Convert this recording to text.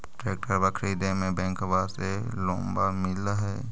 ट्रैक्टरबा खरीदे मे बैंकबा से लोंबा मिल है?